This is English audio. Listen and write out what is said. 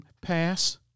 Pass